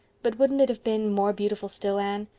but wouldn't it have been more beautiful still, anne,